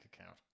account